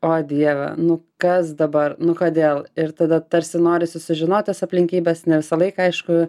o dieve nu kas dabar nu kodėl ir tada tarsi norisi sužinot tas aplinkybes ne visą laiką aišku